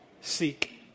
seek